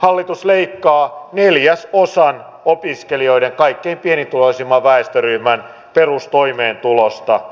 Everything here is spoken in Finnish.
hallitus leikkaa neljäsosan opiskelijoiden kaikkein pienituloisimman väestöryhmän perustoimeentulosta